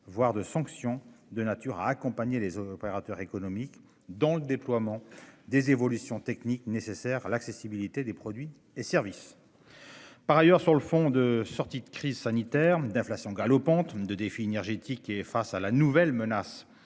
voire de sanction de nature à accompagner les opérateurs économiques dont le déploiement des évolutions techniques nécessaires. L'accessibilité des produits et servi. Par ailleurs, sur le fond de sortie de crise sanitaire d'inflation galopante de défis énergétiques et face à la nouvelle menace